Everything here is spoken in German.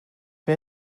wer